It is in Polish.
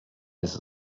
jest